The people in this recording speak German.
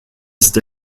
ist